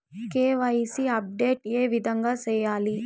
KYC update ఏ విధంగా సేయాలి?